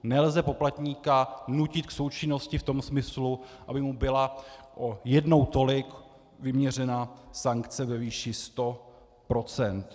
Nelze poplatníka nutit k součinnosti v tom smyslu, aby mu byla o jednou tolik vyměřena sankce ve výši 100 %.